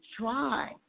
try